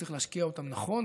צריך להשקיע אותם נכון.